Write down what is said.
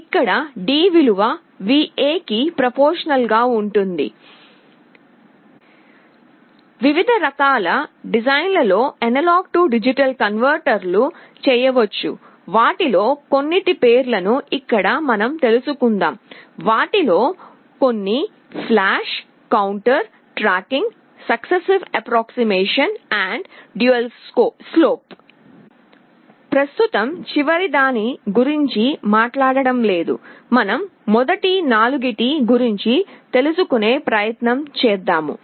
ఇక్కడ D విలువ VA కి ప్రపోర్షనల్ గా ఉంటుంది వివిధ రకాల డిజైన్లలో A D కన్వెర్టర్ లు చేయవచ్చు వాటిలో కొన్నింటి పేర్లను ఇక్కడ మనం తెలుసుకుందాం వాటిలో కొన్ని ఫ్లాష్ కౌంటర్ సక్ససివ్ అప్రాక్సీమేషన్ చివరగా డ్యూయెల్ స్లోప్ ప్రస్తుతం చివరిదాని గురించి మాట్లాడడం లేదుమనం మొదటి నాలుగిటి గురించి తెలుసుకునే ప్రయత్నం చేద్దాము